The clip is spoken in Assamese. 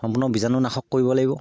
সম্পূৰ্ণ বীজাণুনাশক কৰিব লাগিব